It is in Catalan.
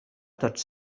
tots